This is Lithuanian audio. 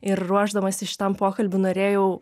ir ruošdamasi šitam pokalbiui norėjau